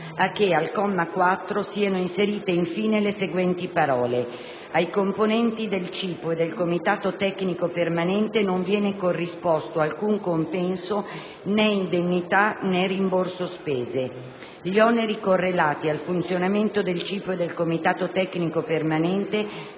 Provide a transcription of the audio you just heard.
a che, al comma 4, siano inserite in fine le seguenti parole: "Ai componenti del CIPU e del Comitato tecnico permanente non viene corrisposto alcun compenso né indennità né rimborso spese. Gli oneri correlati al funzionamento del CIPU e del Comitato tecnico permanente